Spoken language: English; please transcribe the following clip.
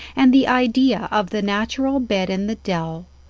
and the idea of the natural bed in the dell,